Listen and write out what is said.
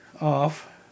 off